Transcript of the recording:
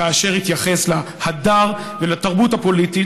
כאשר התייחס להדר ולתרבות הפוליטית,